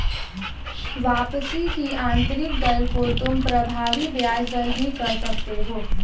वापसी की आंतरिक दर को तुम प्रभावी ब्याज दर भी कह सकते हो